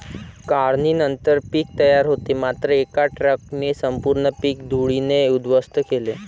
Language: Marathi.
काढणीनंतर पीक तयार होते मात्र एका ट्रकने संपूर्ण पीक धुळीने उद्ध्वस्त केले